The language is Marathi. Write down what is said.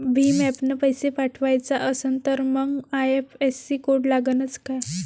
भीम ॲपनं पैसे पाठवायचा असन तर मंग आय.एफ.एस.सी कोड लागनच काय?